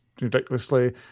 ridiculously